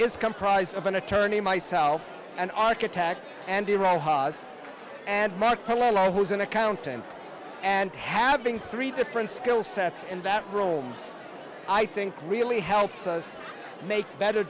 is comprised of an attorney myself an architect and the rojas and mark polo who's an accountant and having three different skill sets and that role i think really helps us make better